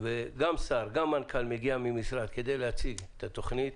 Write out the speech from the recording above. אבל כאשר שר ומנכ"ל מגיעים להציג את התכנית